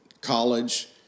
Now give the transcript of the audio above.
college